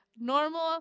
Normal